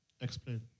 Explain